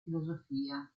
filosofia